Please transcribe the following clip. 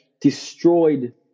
destroyed